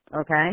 okay